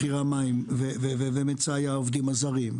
מחירי המים ומצאי העובדים הזרים,